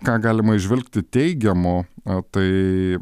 ką galima įžvelgti teigiamo tai